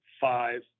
five